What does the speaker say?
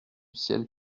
ciel